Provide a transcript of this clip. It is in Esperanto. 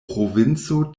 provinco